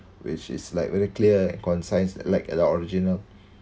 which is like very clear concise like at our original